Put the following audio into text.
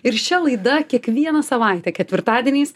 ir šia laida kiekvieną savaitę ketvirtadieniais